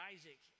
Isaac